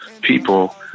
people